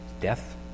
death